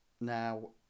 now